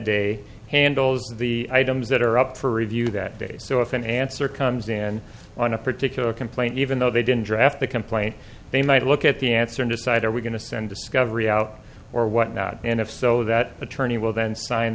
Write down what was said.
day handles the items that are up for review that day so if an answer comes in on a particular complaint even though they didn't draft the complaint they might look at the answer and decide are we going to send discovery out or what not and if so that attorney will then sign